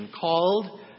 called